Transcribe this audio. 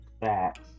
facts